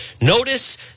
Notice